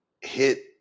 hit